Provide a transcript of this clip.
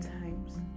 times